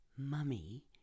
Mummy